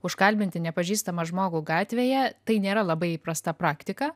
užkalbinti nepažįstamą žmogų gatvėje tai nėra labai įprasta praktika